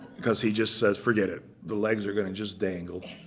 because he just says, forget it. the legs are going to just dangle,